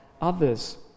others